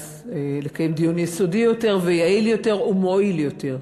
לקיים דיון יסודי יותר ויעיל יותר ומועיל יותר.